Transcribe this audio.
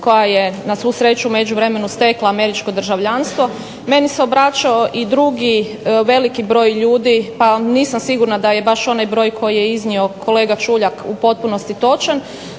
koja je na svu sreću stekla američko državljanstvo. Meni se obraćao i drugi veliki broj ljudi pa nisam sigurna da je onaj broj koji je iznio kolega Čuljak u potpunosti točan